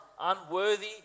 unworthy